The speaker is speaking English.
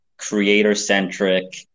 Creator-centric